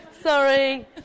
Sorry